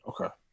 Okay